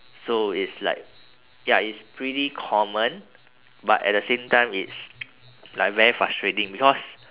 so it's like ya it's pretty common but at the same time it's like very frustrating because